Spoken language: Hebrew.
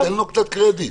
תן לו קצת קרדיט.